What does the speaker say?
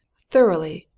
thoroughly!